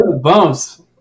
bumps